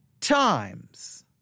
times